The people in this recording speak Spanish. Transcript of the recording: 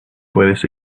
puedes